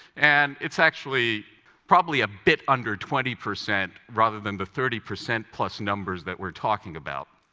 and it's actually probably a bit under twenty percent, rather than the thirty percent-plus numbers that we're talking about.